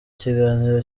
kiganiro